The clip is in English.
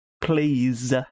please